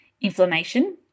inflammation